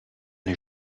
les